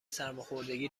سرماخوردگی